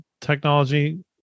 technology